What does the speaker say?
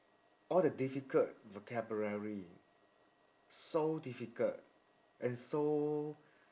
all the difficult vocabulary so difficult and so